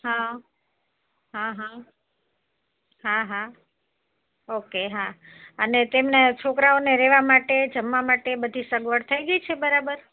હા હા હા હા હા ઓકે હા અને તેમને છોકરાઓને રહેવા માટે જમવા માટે બધી સગવડ થઈ ગઈ છે બરાબર